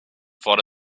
thought